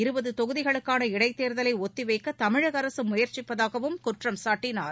இருபது தொகுதிகளுக்கான இடைத் தேர்தலை ஒத்தி வைக்க தமிழக அரசு முயற்சிப்பதாகவும் குற்றம் சாட்டினார்